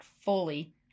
fully